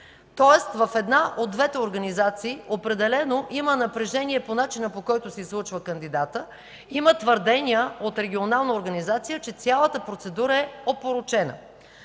Тоест в една от двете организации определено има напрежение относно начина, по който се излъчва кандидатът. Има твърдения от регионална организация, че цялата процедура е опорочена.